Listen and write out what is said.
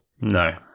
no